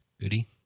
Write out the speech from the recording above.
Goody